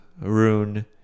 Rune